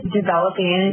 developing